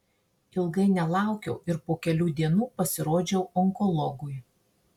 ilgai nelaukiau ir po kelių dienų pasirodžiau onkologui